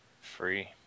free